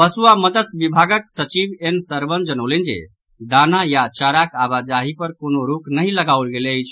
पशु आ मत्स्य विभागक सचिव एन सरवण जनौलनि जे दाना या चाराक आवाजाही पर कोनो रोक नहि लगाओल गेल अछि